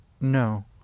No